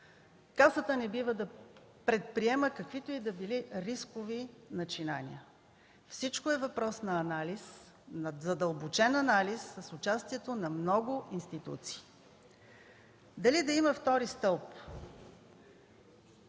Касата не бива да предприема каквито и да било рискови начинания. Всичко е въпрос на задълбочен анализ с участието на много институции. Дали да има втори стълб?